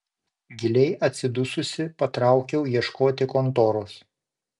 giliai atsidususi patraukiau ieškoti kontoros